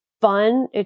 fun